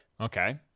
Okay